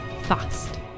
fast